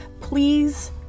please